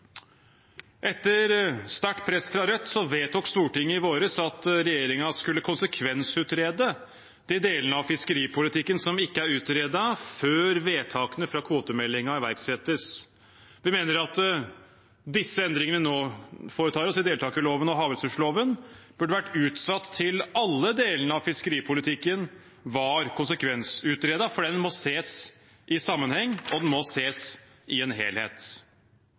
Etter sterkt press fra Rødt vedtok Stortinget i vår at regjeringen skulle konsekvensutrede de delene av fiskeripolitikken som ikke var utredet før vedtakene fra kvotemeldingen ble iverksatt. Vi mener at de endringene vi nå foretar i deltakerloven og havressursloven, burde vært utsatt til alle delene av fiskeripolitikken var konsekvensutredet, for den må ses i sammenheng, og den må ses i en helhet.